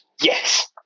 Yes